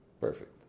Perfect